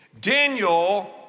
Daniel